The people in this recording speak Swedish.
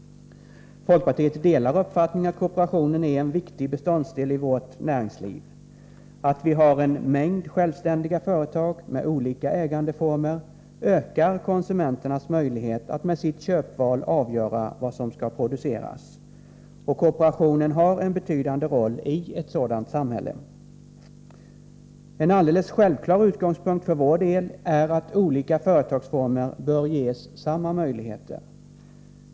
Folkpartiet delar uppfattningen att kooperationen är en viktig beståndsdel i vårt näringsliv. Att vi har en mängd självständiga företag med olika ägandeformer ökar konsumenternas möjligheter att med sitt köpval avgöra vad som skall produceras, och kooperationen har en betydande roll i ett sådant samhälle. En alldeles självklar utgångspunkt för vår del är att olika företagsformer bör ges samma möjligheter.